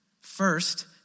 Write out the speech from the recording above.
First